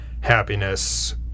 happiness